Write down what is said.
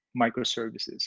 microservices